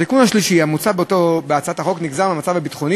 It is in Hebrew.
התיקון השלישי המוצע בהצעת החוק נגזר מהמצב הביטחוני,